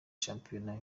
shampiyona